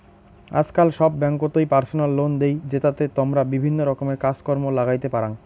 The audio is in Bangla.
আজকাল সব ব্যাঙ্ককোতই পার্সোনাল লোন দেই, জেতাতে তমরা বিভিন্ন রকমের কাজ কর্ম লাগাইতে পারাং